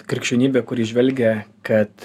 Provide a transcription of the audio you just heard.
krikščionybė kuri žvelgia kad